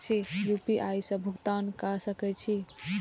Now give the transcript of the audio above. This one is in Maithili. यू.पी.आई से भुगतान क सके छी?